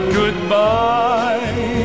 goodbye